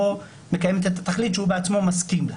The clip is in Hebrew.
מקיימת את התכלית שהוא בעצמו מסכים לה,